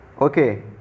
Okay